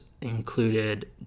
included